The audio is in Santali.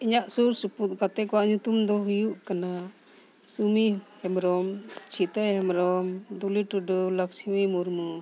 ᱤᱧᱟᱹᱜ ᱥᱩᱨ ᱥᱩᱯᱩᱨ ᱜᱟᱛᱮ ᱠᱚᱣᱟᱜ ᱧᱩᱛᱩᱢ ᱫᱚ ᱦᱩᱭᱩᱜ ᱠᱟᱱᱟ ᱥᱩᱢᱤ ᱦᱮᱢᱵᱨᱚᱢ ᱪᱷᱤᱛᱟᱹ ᱦᱮᱢᱵᱨᱚᱢ ᱫᱩᱞᱤ ᱴᱩᱰᱩ ᱞᱚᱠᱥᱢᱤ ᱢᱩᱨᱢᱩ